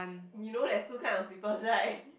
you know there's two kind of slippers right